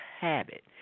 habit